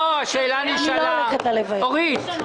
זאת שאלה